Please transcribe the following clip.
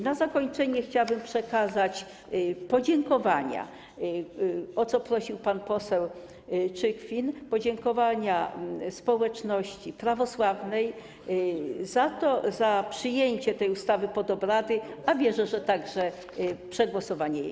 Na zakończenie chciałabym przekazać - o co prosił pan poseł Czykwin - podziękowania społeczności prawosławnej za przyjęcie tej ustawy pod obrady, a wierzę, że także przegłosowanie jej.